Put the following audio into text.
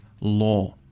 law